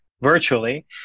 Virtually